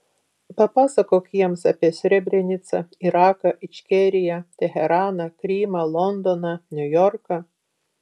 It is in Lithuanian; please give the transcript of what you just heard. papasakok jiems apie srebrenicą iraką ičkeriją teheraną krymą londoną niujorką